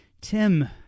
Tim